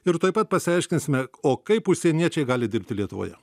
ir tuoj pat pasiaiškinsime o kaip užsieniečiai gali dirbti lietuvoje